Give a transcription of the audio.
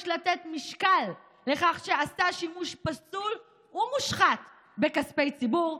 יש לתת משקל לכך שעשה שימוש פסול ומושחת בכספי ציבור,